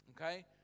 Okay